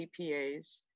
TPAs